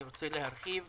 אני רוצה להרחיב.